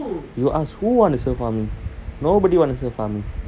you ask who want to serve army nobody want to serve army